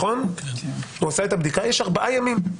יש ארבעה ימים.